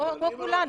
כמו כולנו.